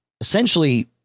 essentially